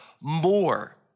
more